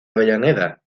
avellaneda